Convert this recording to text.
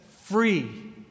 free